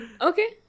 Okay